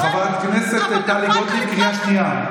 חברת הכנסת טלי גוטליב, קריאה שנייה.